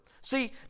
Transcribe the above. See